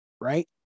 right